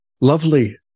Lovely